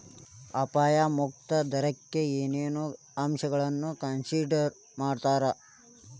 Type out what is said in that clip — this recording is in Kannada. ಅಪಾಯ ಮುಕ್ತ ದರಕ್ಕ ಏನೇನ್ ಅಂಶಗಳನ್ನ ಕನ್ಸಿಡರ್ ಮಾಡ್ತಾರಾ